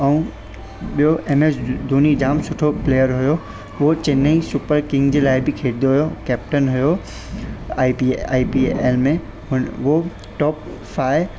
ॿियो M S Dhoni जाम सुठो प्लेयर हुयो उहो चेन्नई सुपर किंग जे लाइ बि खेॾंदो हुयो कैप्टन हुयो I P I P L में उन वो टॉप फाइ